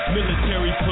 Military